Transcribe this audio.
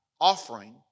offering